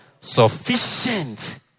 Sufficient